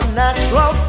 natural